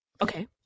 Okay